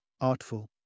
artful